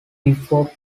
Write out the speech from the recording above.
before